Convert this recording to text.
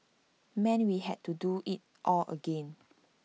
meant we had to do IT all again